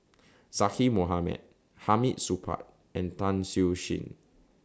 Zaqy Mohamad Hamid Supaat and Tan Siew Sin